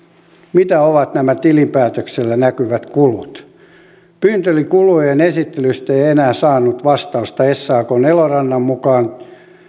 mitä ovat nämä tilinpäätöksellä näkyvät kulut pyyntööni kulujen esittelystä ei ei enää saanut vastausta sakn elorannan mukaan